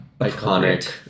iconic